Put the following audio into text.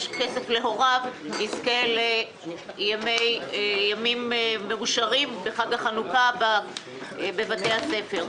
כסף להוריו יזכה לימים מאושרים בחג החנוכה בבתי הספר.